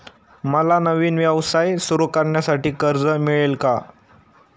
मला नवीन व्यवसाय सुरू करण्यासाठी कर्ज मिळेल का?